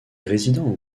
résident